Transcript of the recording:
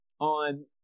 on